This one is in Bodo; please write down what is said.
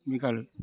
मिगाल